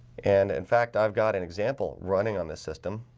and in fact, i've got an example running on this system